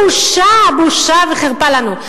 בושה, בושה וחרפה לנו.